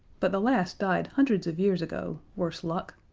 but the last died hundreds of years ago worse luck!